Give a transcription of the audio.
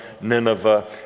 Nineveh